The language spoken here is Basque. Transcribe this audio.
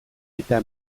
eta